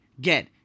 get